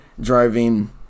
driving